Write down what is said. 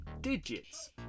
digits